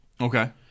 Okay